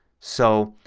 so,